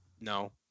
No